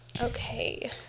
okay